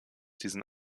diesen